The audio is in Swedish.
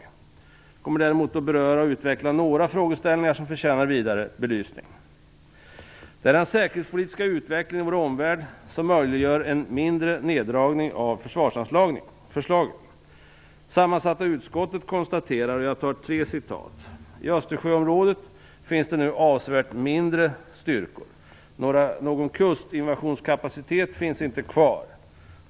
Jag kommer däremot att beröra och utveckla några frågeställningar som förtjänar vidare belysning. Det är den säkerhetspolitiska utvecklingen i vår omvärld som möjliggör en mindre neddragning av försvarsanslagen. Jag skall återge tre citat från sammansatta utskottet som konstaterar: "I Östersjöområdet finns det nu avsevärt mindre styrkor." "Någon kustinvasionskapacitet finns inte kvar."